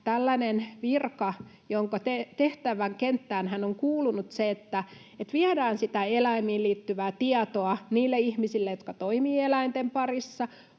tällainen virka — jonka tehtäväkenttäänhän on kuulunut se, että viedään sitä eläimiin liittyvää tietoa niille ihmisille, jotka toimivat eläinten parissa,